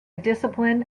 discipline